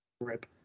Rip